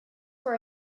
were